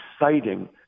exciting